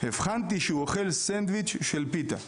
הבחנתי שהוא אוכל סנדוויץ של פיתה,